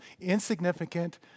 insignificant